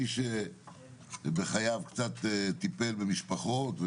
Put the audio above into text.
מי שבחייו טיפל במשפחות,